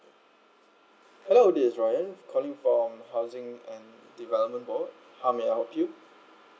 hello this is ryan calling from housing and development board how may I help you